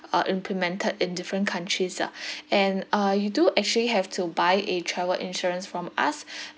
uh implemented in different countries ah and uh you do actually have to buy a travel insurance from us